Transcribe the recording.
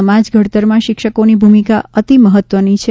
સમાજ ઘડતરમાં શિક્ષકોની ભૂમિકા અતિ મહત્વની છે